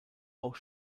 auch